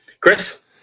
Chris